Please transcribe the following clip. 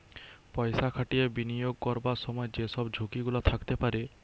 পয়সা খাটিয়ে বিনিয়োগ করবার সময় যে সব ঝুঁকি গুলা থাকতে পারে